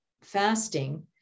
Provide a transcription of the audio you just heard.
fasting